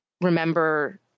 remember